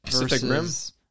versus